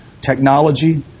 technology